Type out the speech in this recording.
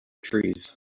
trees